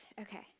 okay